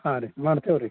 ಹಾಂ ರೀ ಮಾಡ್ತೇವೆ ರೀ